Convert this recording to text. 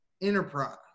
Enterprise